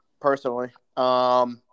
Personally